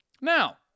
now